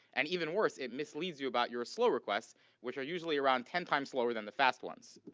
and even worse, it misleads you about your slow requests which are usually around ten times slower than the fast ones.